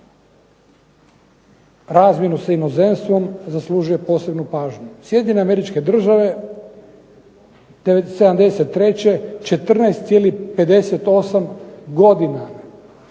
razmjenu sa inozemstvom, zaslužuje posebnu pažnju. Sjedinjene američke države 73. 14,58 godina,